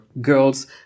girls